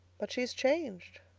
but she has changed.